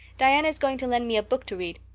diana is going to lend me a book to read.